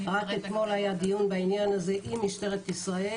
רק אתמול היה דיון בעניין הזה עם משטרת ישראל.